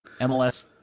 MLS